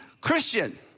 Christian